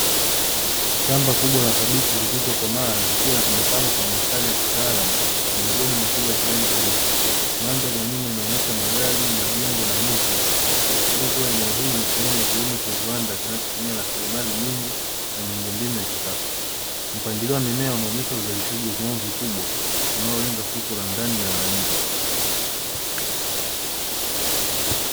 Shamba kubwa la kabichi zilizokomaa zikiwa zimepangwa kwa mistari ya kitaalamu zina majani makubwa ya kijani kibichi, mandhari ya nyuma inaonyesha magari, majengo na miti ikiashiria kuwa eneo hili ni sehemu ya kilimo cha viwanda kinachotumia rasilimali nyingi na miundombinu ya kisasa, mpangilio wa mimea unaonyesha uzalishaji wa kiwango kikubwa unaolenga soko la ndani na la nje.